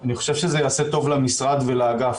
ואני חושב שזה יעשה טוב למשרד ולאגף,